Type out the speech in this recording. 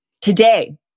today